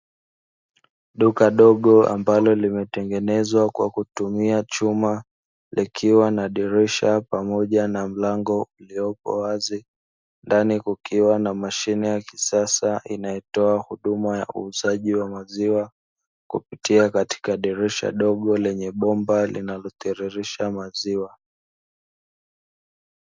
Duka dogo ambalo limetengenezwa kwa kutumia chuma, likiwa na dirisha pamoja na mlango uliopo wazi. Ndani kukiwa na mashine ya kisasa inayotoa huduma ya uuzaji wa maziwa, kupitia katika dirisha dogo lenye bomba linalotoririsha maziwa.